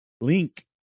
Link